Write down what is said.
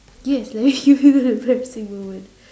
yes when was your embarrasing moment